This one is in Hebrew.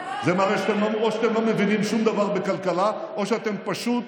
זה מראה או שאתם לא מבינים שום דבר בכלכלה או שאתם פשוט